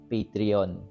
Patreon